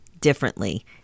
differently